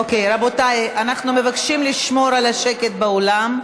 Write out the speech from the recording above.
אוקיי, רבותיי, אנחנו מבקשים לשמור על השקט באולם.